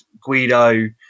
Guido